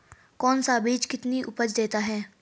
कौन सा बीज कितनी उपज देता है?